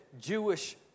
Jewish